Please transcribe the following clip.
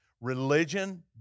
Religion